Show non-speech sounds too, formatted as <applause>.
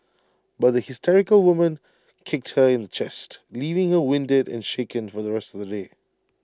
<noise> but the hysterical woman kicked her in the chest leaving her winded and shaken for the rest of the day